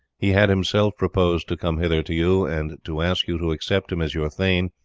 he had himself purposed to come hither to you and to ask you to accept him as your thane,